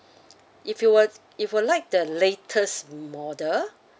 if you would if you like the latest model